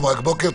ביטוח),